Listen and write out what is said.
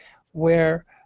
where